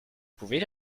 pouvez